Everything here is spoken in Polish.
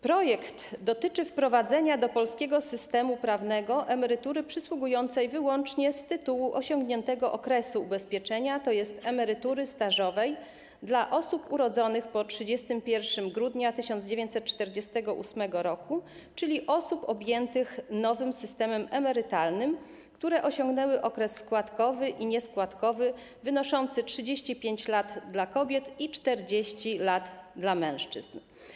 Projekt dotyczy wprowadzenia do polskiego systemu prawnego emerytury przysługującej wyłącznie z tytułu osiągniętego okresu ubezpieczenia, tj. emerytury stażowej, dla osób urodzonych po 31 grudnia 1948 r., czyli osób objętych nowym systemem emerytalnym, które osiągnęły okres składkowy i nieskładkowy wynoszący 35 lat dla kobiet i 40 lat dla mężczyzn.